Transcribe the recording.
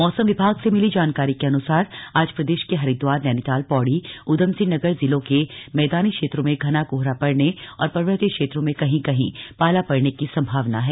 मौसम विभाग से मिली जानकारी के अनुसार आज प्रदेश के हरिद्वार नैनीताल पौड़ी ऊधमसिंह नगर जिलों के मैदानी क्षेत्रों में घना कोहरा पड़ने तथा पर्वतीय क्षेत्रों में कहीं कहीं पाला पड़ने की संभावना है